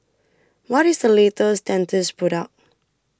What IS The latest Dentiste Product